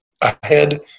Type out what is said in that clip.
ahead